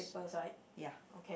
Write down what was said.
ya